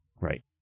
Right